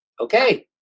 Okay